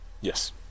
Yes